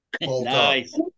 Nice